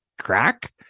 crack